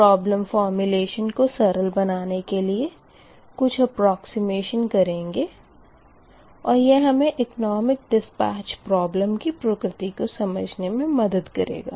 problem formulation को सरल बनने के लिए कुछ अपरोकसिमेशन करेंगे और यह हमें एकोनोमिक डिस्पेच प्रोबलेम की प्रकृति को समझने मे मदद करेगा